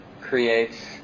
creates